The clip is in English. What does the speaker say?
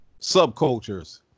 subcultures